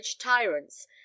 tyrants